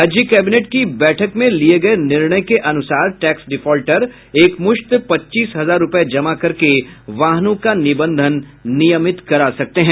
राज्य कैबिनेट की बैठक में लिये गये निर्णय के अलावा टैक्स डिफॉल्टर एकमुश्त पच्चीस हजार रूपये जमा करके वाहनों का निबंधन नियमित करा सकते हैं